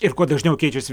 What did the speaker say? ir kuo dažniau keičiasi